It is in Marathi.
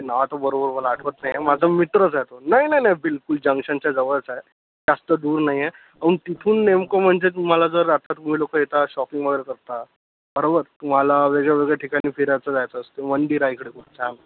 नाव आता बरोबर मला आठवत नाही आहे माझा मित्रच आहे तो नाही नाही नही बिलकुल जंक्शनच्या जवळच आहे जास्त दूर नाही आहे आणि तिथून नेमकं म्हणजे तुम्हाला जर आता तुम्ही लोक येता शॉपिंग वगैरे करता बरोबर तुम्हाला वेगळं वेगळं ठिकाणी फिरायचं जायचं असते मंदिर आहे इकडं खूप छान